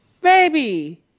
Baby